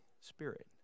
Spirit